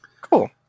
cool